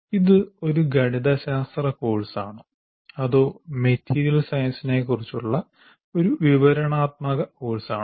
ഇത് ഒരു ഗണിതശാസ്ത്ര കോഴ്സാണോ അതോ മെറ്റീരിയൽ സയൻസിനെക്കുറിച്ചുള്ള വിവരണാത്മക കോഴ്സാണോ